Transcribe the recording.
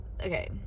okay